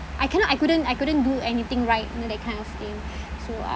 I cannot I couldn't I couldn't do anything right that kind of thing so I